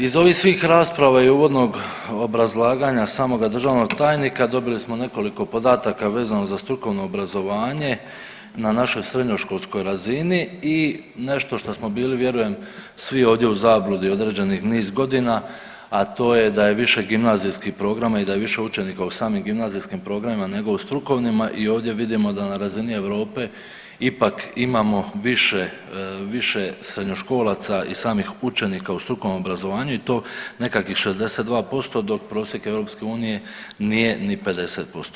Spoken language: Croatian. Iz ovih svih rasprava i uvodnog obrazlaganja samoga državnog tajnika dobili smo nekoliko podataka vezano za strukovno obrazovanje na našoj srednjoškolskoj razini i nešto šta smo bili vjerujem svi ovdje u zabludi određeni niz godina, a to je da je više gimnazijskih programa i da je više učenika u samim gimnazijskim programima nego u strukovnima i ovdje vidimo da na razini Europe ipak imamo više, više srednjoškolaca i samih učenika u strukovnom obrazovanju i to nekakvih 62% dok prosjek EU nije ni 50%